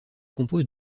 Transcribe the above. compose